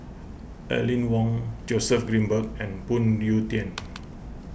Aline Wong Joseph Grimberg and Phoon Yew Tien